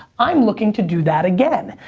i'm looking to do that again.